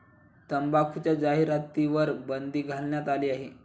तंबाखूच्या जाहिरातींवर बंदी घालण्यात आली आहे